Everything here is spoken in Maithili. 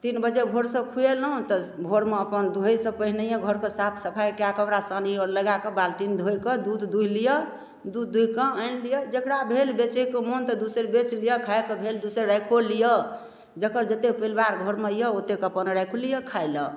तीन बजे भोरसँ खुयेलहुँ तऽ भोरमे अपन दुहैसँ पहिनये घरके साफ सफाइ कए कऽ ओकरा सानी आओर लगाकऽ बाल्टीन धोकऽ दूध दूहि लिअ दूध दूहिकऽ आनि लिअ जकरा भेल बेचयके मोन तऽ दू सेर बेच लिअ खाइके भेल दू सेर राखियो लिअ जकर जते परिवार घरमे यऽ ओतेक अपन राखि लिअ खाइ लए